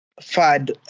fad